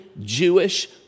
Jewish